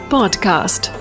Podcast